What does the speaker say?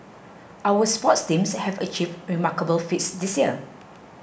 our sports teams have achieved remarkable feats this year